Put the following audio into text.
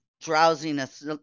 drowsiness